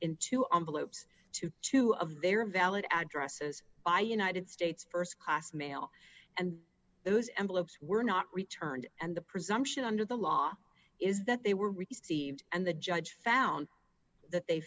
bloat to two of their valid addresses by united states st class mail and those envelopes were not returned and the presumption under the law is that they were received and the judge found that they